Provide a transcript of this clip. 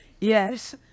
Yes